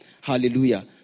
Hallelujah